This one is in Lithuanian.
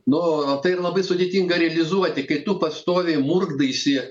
nu na tai ir labai sudėtinga realizuoti kai tu pastoviai murkdaisi